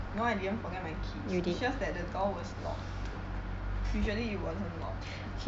no I didn't forget my keys it's just that the door was locked usually it wasn't lock